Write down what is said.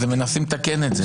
הם מנסים לתקן את זה.